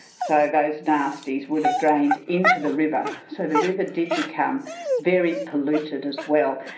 so those nasties would have drained into the river, so the river did become very polluted as well.